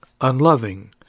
Unloving